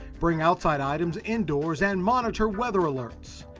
bring outside items indoors and monitor weather alerts.